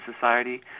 society